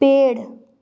पेड़